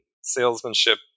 salesmanship